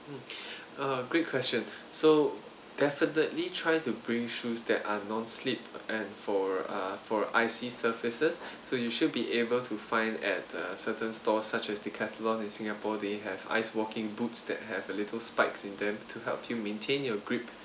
mm uh great question so definitely try to bring shoes that are non slip and for uh for icy surfaces so you should be able to find at a certain stores such as decathlon in singapore they have ice walking boots that have a little spikes in them to help you maintain your grip